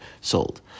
sold